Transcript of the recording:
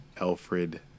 Alfred